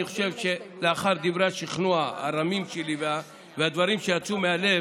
לאחר דברי השכנוע הרמים שלי והדברים שיצאו מהלב,